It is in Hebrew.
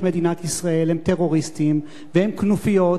מדינת ישראל הם טרוריסטים והם כנופיות.